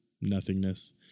nothingness